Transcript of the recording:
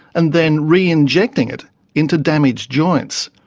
and then reinjecting it into damaged joints.